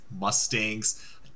Mustangs